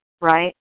Right